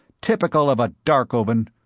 typical of a darkovan!